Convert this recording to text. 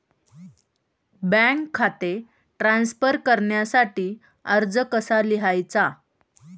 Bank खाते transfer करण्यासाठी अर्ज कसा लिहायचा?